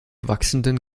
wachsenden